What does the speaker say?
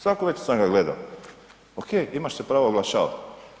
Svaku večer sam ga gledao, ok, imaš se pravo oglašavati.